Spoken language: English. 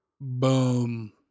Boom